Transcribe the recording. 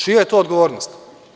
Čija je to odgovornost?